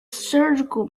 surgical